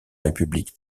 république